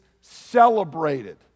celebrated